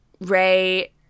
Ray